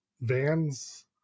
vans